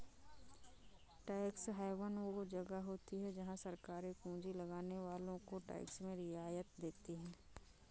tax haven वो जगह होती हैं जहाँ सरकारे पूँजी लगाने वालो को टैक्स में रियायत देती हैं